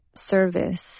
service